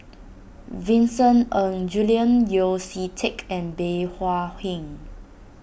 Vincent Ng Julian Yeo See Teck and Bey Hua Heng